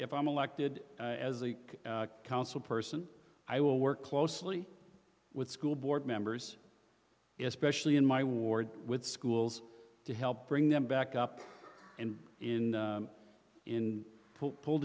if i'm elected as a council person i will work closely with school board members especially in my ward with schools to help bring them back up and in in pull